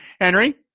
Henry